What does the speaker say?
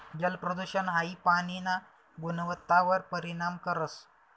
जलप्रदूषण हाई पाणीना गुणवत्तावर परिणाम करस